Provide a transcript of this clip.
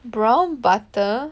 brown butter